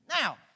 Now